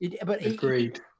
Agreed